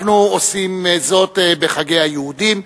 אנחנו עושים זאת בחגי היהודים,